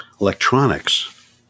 electronics